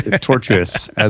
tortuous